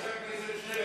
חבר הכנסת שנלר,